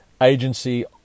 agency